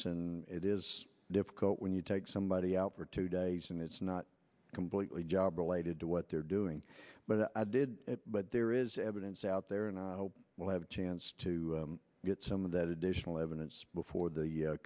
staffs it is difficult when you take somebody out for two days and it's not completely job related to what they're doing but i did but there is evidence out there and i will have a chance to get some of that additional evidence before the